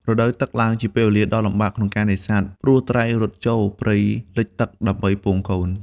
រដូវទឹកឡើង ជាពេលវេលាដ៏លំបាកក្នុងការនេសាទ ព្រោះត្រីរត់ចូលព្រៃលិចទឹកដើម្បីពងកូន។